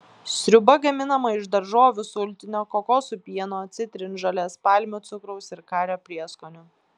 sriuba gaminama iš daržovių sultinio kokosų pieno citrinžolės palmių cukraus ir kario prieskonių